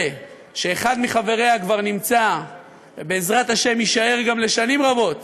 זו שאחד מחבריה כבר נמצא ובעזרת השם גם יישאר לשנים רבות